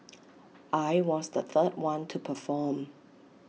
I was the third one to perform